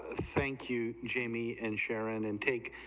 ah thank you jamie and sharon intake,